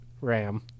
Ram